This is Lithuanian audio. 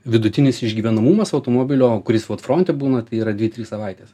vidutinis išgyvenamumas automobilio kuris vat fronte būna tai yra dvi trys savaitės